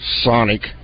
Sonic